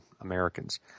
Americans